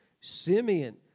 Simeon